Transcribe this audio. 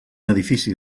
edifici